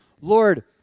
Lord